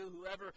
whoever